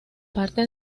parte